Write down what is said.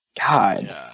God